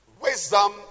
Wisdom